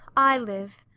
i live.